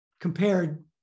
compared